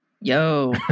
Yo